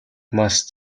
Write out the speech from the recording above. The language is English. must